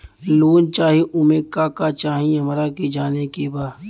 Loan चाही उमे का का चाही हमरा के जाने के बा?